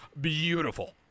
beautiful